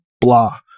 blah